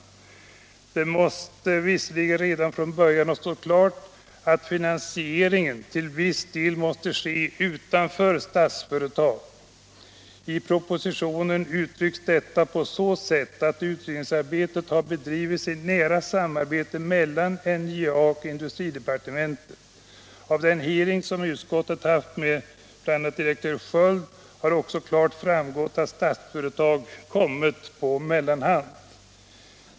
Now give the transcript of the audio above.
Det måste visserligen redan från början ha stått klart att finansieringen till viss del måste ske utanför Statsföretag. Detta förklarar emellertid inte att utredningsarbetet bedrivits med ett så gott som fullständigt förbigående av Statsföretag. I propositionen uttrycks detta på så sätt att ”utredningsarbetet har bedrivits i nära samarbete mellan NJA och industridepartementet”. Av den hearing utskottet haft med Per Sköld har också klart framgått att Statsföretag kommit på mellanhand.